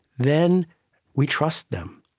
then we trust them.